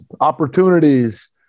opportunities